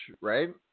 right